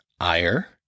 ire